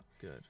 good